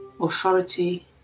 authority